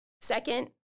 Second